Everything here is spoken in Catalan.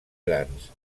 grans